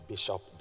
Bishop